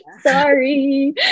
Sorry